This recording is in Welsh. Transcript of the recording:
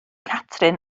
catrin